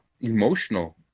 emotional